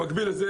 במקביל לזה,